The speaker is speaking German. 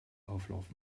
auflauf